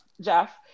Jeff